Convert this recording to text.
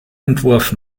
entwurf